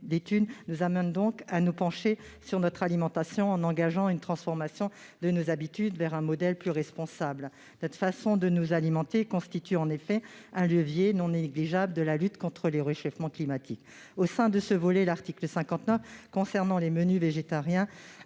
l'étude, nous amène à nous pencher sur notre alimentation, en engageant une transformation de nos habitudes vers un modèle plus responsable. Notre façon de nous alimenter constitue en effet un levier non négligeable de lutte contre le réchauffement climatique. Au sein de ce volet, l'article 59, relatif au menu végétarien